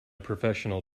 professional